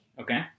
Okay